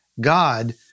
God